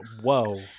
Whoa